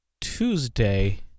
Tuesday